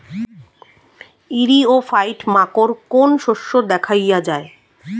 ইরিও ফাইট মাকোর কোন শস্য দেখাইয়া যায়?